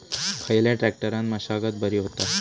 खयल्या ट्रॅक्टरान मशागत बरी होता?